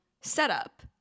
setup